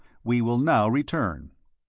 we will now return.